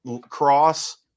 cross